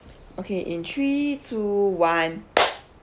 okay in three two one